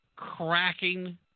Cracking